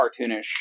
cartoonish